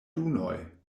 dunoj